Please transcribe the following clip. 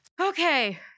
Okay